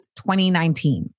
2019